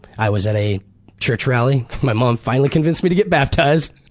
i was at a church rally, my mom finally convinced me to get baptized.